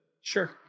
Sure